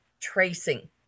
tracing